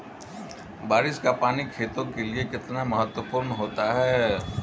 बारिश का पानी खेतों के लिये कितना महत्वपूर्ण होता है?